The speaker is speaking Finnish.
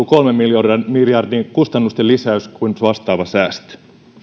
kolmen miljardin miljardin kustannusten lisäys kuin vastaava säästö